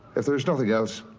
if there's nothing else,